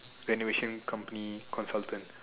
renovation company called falcon